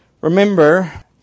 Remember